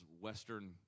Western